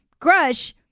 Grush